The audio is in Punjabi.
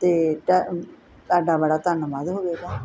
ਤੇ ਤੁਹਾਡਾ ਬੜਾ ਧੰਨਵਾਦ ਹੋਵੇਗਾ